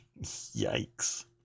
Yikes